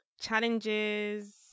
Challenges